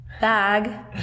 bag